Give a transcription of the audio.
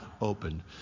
opened